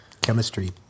chemistry